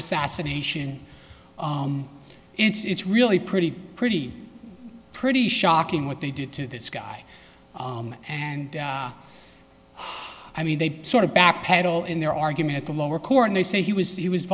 assassination it's really pretty pretty pretty shocking what they did to this guy and i mean they sort of backpedal in their argument at the lower court and they say he was he was